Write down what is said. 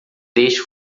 deixe